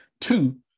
two